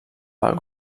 pel